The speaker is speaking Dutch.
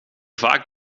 vaak